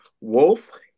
wolf